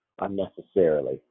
unnecessarily